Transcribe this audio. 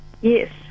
Yes